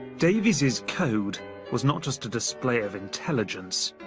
davies's code was not just a display of intelligence.